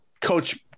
Coach